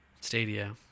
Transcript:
Stadia